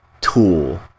tool